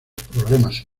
problemas